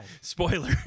spoiler